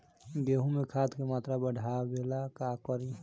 गेहूं में खाद के मात्रा बढ़ावेला का करी?